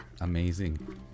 amazing